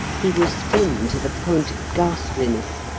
he was thin to the point of ghastliness.